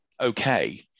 okay